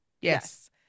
yes